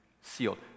sealed